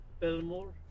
Belmore